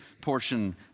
portion